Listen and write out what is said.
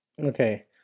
Okay